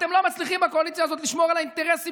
אתם לא מצליחים בקואליציה הזאת לשמור על האינטרסים